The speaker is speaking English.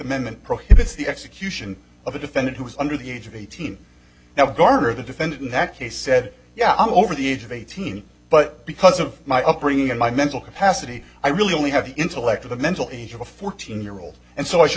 amendment prohibits the execution of a defendant who is under the age of eighteen now garner the defendant in that case said yeah i'm over the age of eighteen but because of my upbringing and my mental capacity i really only have the intellect of the mental age of a fourteen year old and so i should